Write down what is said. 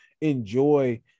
enjoy